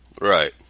Right